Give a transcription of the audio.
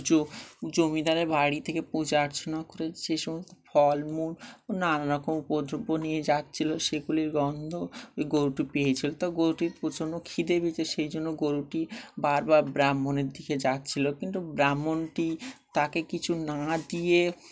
জ জমিদারের বাড়ি থেকে পূজা অর্চনা করে যে সমস্ত ফলমূল নানারকম উপদ্রব্য নিয়ে যাচ্ছিলো সেগুলির গন্ধ ওই গরুটি পেয়েছিলো তো গরুটির প্রচন্ড খিদে পেয়েছিল সেই জন্য গরুটি বারবার ব্রাহ্মণের দিকে যাচ্ছিলো কিন্তু ব্রাহ্মণটি তাকে কিছু না দিয়ে